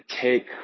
take